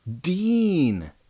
Dean